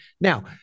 Now